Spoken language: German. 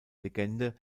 legende